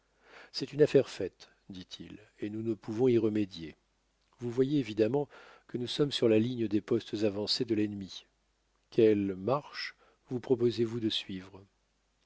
c'est une affaire faite ditil et nous ne pouvons y remédier vous voyez évidemment que nous sommes sur la ligne des postes avancés de l'ennemi quelle marche vous proposez-vous de suivre